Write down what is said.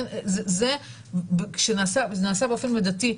כשזה נעשה באופן מידתי,